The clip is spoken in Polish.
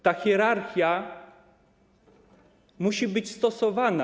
Ta hierarchia musi być stosowana.